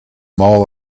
all